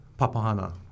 Papahana